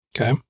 okay